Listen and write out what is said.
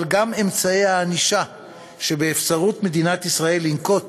אבל גם אמצעי הענישה שבאפשרות מדינת ישראל לנקוט